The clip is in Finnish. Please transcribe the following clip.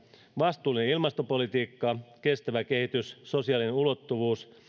vastuullinen ilmastopolitiikka kestävä kehitys sosiaalinen ulottuvuus